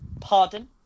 Pardon